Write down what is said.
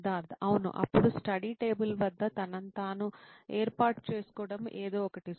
సిద్ధార్థ్ అవును అప్పుడు study table వద్ద తనను తాను ఏర్పాటు చేసుకోవడం ఏదో ఒకటి